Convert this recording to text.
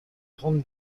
grandes